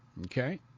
Okay